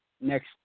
next